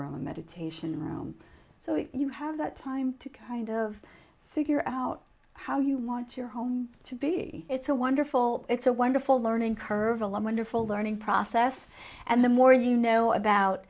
government meditation room so if you have that time to kind of figure out how you want your home to be it's a wonderful it's a wonderful learning curve a long wonderful learning process and the more you know about